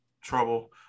trouble